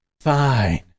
Fine